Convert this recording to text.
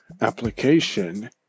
application